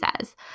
says